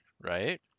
right